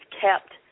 kept